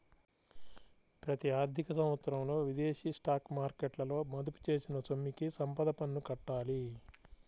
ప్రతి ఆర్థిక సంవత్సరంలో విదేశీ స్టాక్ మార్కెట్లలో మదుపు చేసిన సొమ్ముకి సంపద పన్ను కట్టాలి